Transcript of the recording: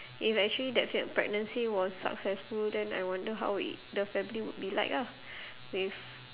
if actually that failed pregnancy was successful then I wonder how i~ the family would be like ah with